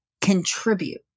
contribute